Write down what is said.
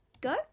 go